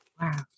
Wow